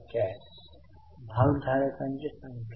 पहिला भाग कार्यरत उपक्रम आहे